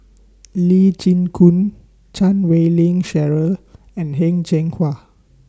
Lee Chin Koon Chan Wei Ling Cheryl and Heng Cheng Hwa